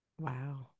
Wow